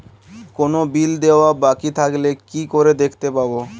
কোনো বিল দেওয়া বাকী থাকলে কি করে দেখতে পাবো?